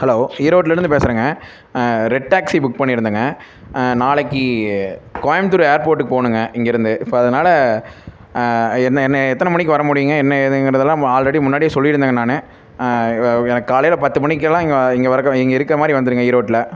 hello ஈரோட்லேருந்து பேசுகிறங்க red taxi book பண்ணியிருந்தங்க நாளைக்கு கோயம்புத்தூர் ஏர்போட்டுக்கு போணுங்க இங்கேருந்து ஸோ அதனால என்ன என்ன எத்தனை மணிக்கு வர முடியுங்க என்ன ஏதுங்கிறதலாம் ஆல்ரெடி முன்னாடியே சொல்லி இருந்தேங்க நான் எனக்கு காலையில் பத்து மணிக்கெலாம் இங்கே இங்கே வரக்க இங்கே இருக்கிற மாதிரி வந்துடுங்க ஈரோட்ல